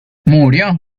murió